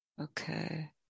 Okay